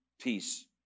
peace